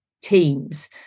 teams